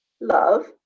love